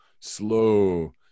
slow